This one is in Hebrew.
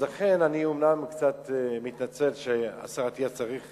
אז לכן, אני אומנם קצת מתנצל שהשר אטיאס צריך